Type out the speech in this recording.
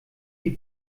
die